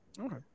Okay